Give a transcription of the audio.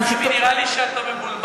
חבר הכנסת טיבי, נראה לי שאתה מבולבל.